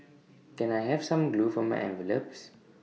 can I have some glue for my envelopes